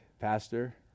pastor